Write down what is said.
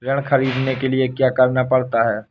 ऋण ख़रीदने के लिए क्या करना पड़ता है?